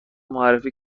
معرفی